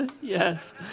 yes